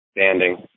standing